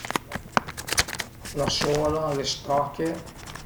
La sola, le stache